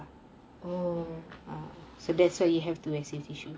oh